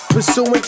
Pursuing